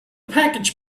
package